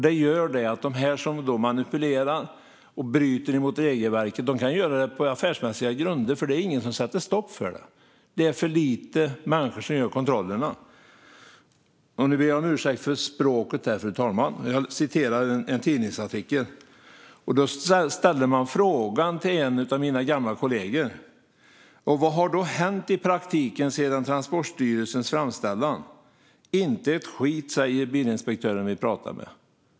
Det gör att de som manipulerar och bryter mot regelverket kan göra det på affärsmässiga grunder. Det är ingen som sätter stopp för det. Det är för få människor som gör kontrollerna. Fru talman! Nu ber jag om ursäkt för språket. Jag citerar en tidningsartikel. Man ställde frågan till en av mina gamla kollegor: "Vad har då hänt i praktiken sedan Transportstyrelsens framställan? Inte ett skit, säger en bilinspektör vi talar med."